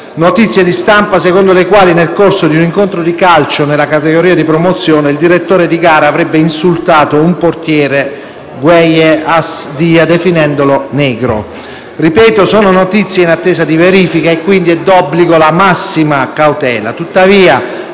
notizie di stampa, secondo le quali, nel corso di un incontro di calcio nella categoria di promozione, il direttore di gara avrebbe insultato un portiere, Gueye Ass Dia, definendolo «negro». Ripeto: sono notizie in attesa di verifica ed è quindi d'obbligo la massima cautela.